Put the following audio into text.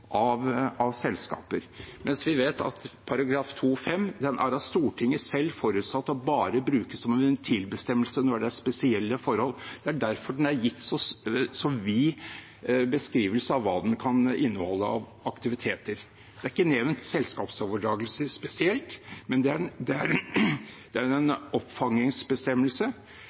av selskaper, mens vi vet at § 2-5 er av Stortinget selv forutsatt å bare brukes som en ventilbestemmelse når det er spesielle forhold. Det er derfor det er gitt så vid beskrivelse av hva den kan inneholde av aktiviteter. Det er ikke nevnt selskapsoverdragelser spesielt, men det er en oppfangingsbestemmelse. Jeg mener altså at kritikken fra opposisjonen bygger på en